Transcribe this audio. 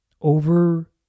over